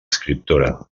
escriptora